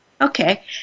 Okay